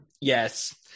Yes